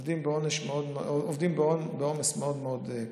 עובדים בעומס כבד מאוד.